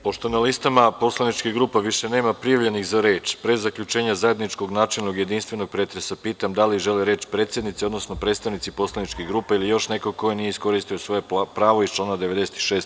Pošto na listama poslaničkih grupa više nema prijavljenih za reč, pre zaključenja zajedničkog načelnog i jedinstvenog pretresa, pitam da li žele reč predsednici, odnosno predstavnici poslaničkih grupa ili još neko ko nije iskoristio svoje pravo iz člana 96.